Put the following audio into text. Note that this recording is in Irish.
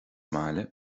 bhaile